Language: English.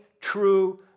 true